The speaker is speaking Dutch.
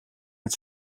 met